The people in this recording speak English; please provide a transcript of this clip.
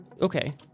Okay